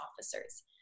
officers